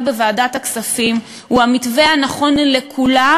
בוועדת הכספים הוא המתווה הנכון לכולם,